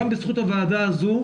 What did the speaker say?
גם בזכות הוועדה הזו,